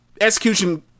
execution